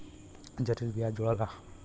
जटिल बियाज जोड़ाला